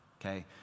Okay